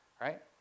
right